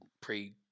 pre